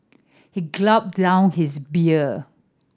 he glop down his beer